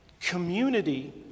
community